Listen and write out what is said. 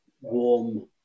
warm